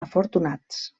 afortunats